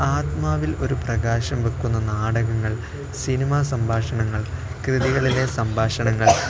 ആത്മാവിൽ ഒരു പ്രകാശം വെയ്ക്കുന്ന നാടകങ്ങൾ സിനിമാ സംഭാഷണങ്ങൾ കൃതികളിലെ സംഭാഷണങ്ങൾ